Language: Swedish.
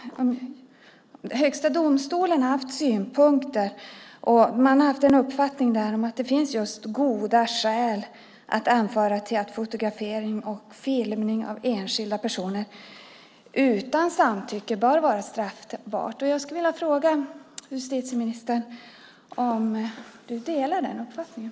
Högsta domstolen har haft synpunkter. Man har haft uppfattningen att det finns goda skäl att anföra att fotografering och filmning av enskilda personer utan samtycke bör vara straffbart. Delar justitieministern den uppfattningen?